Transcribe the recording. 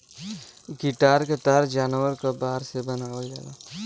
guitar क तार जानवर क बार से बनावल जाला